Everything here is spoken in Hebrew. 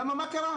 למה מה קרה?